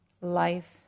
life